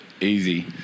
easy